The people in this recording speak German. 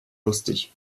lustig